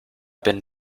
bin